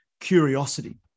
curiosity